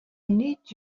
need